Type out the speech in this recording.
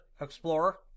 Explorer